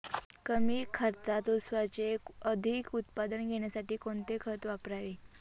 कमी खर्चात ऊसाचे अधिक उत्पादन घेण्यासाठी कोणते खत वापरावे?